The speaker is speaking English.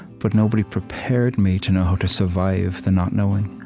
but nobody prepared me to know how to survive the not-knowing?